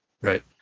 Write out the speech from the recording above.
right